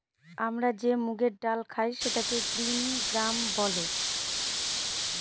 আমরা যে মুগের ডাল খায় সেটাকে গ্রিন গ্রাম বলে